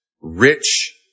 rich